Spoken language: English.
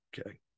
Okay